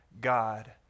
God